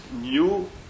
new